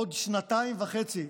עוד שנתיים וחצי,